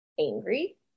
angry